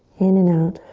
in and out.